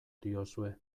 diozue